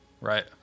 Right